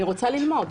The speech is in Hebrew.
אני רוצה ללמוד.